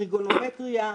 טריגונומטריה,